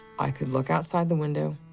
i could look outside the window,